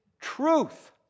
truth